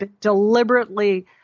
deliberately –